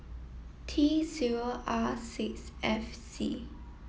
T zero R six F C